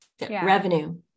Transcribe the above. revenue